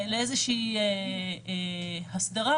לאיזו הסדרה,